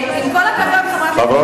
עם כל הכבוד,